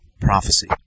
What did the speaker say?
prophecy